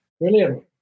Brilliant